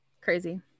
Crazy